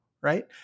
right